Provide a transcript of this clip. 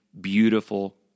beautiful